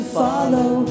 follow